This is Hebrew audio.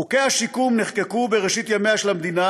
חוקי השיקום נחקקו בראשית ימיה של המדינה,